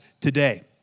today